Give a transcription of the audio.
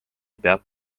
peab